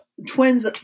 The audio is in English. Twins